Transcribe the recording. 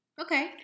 Okay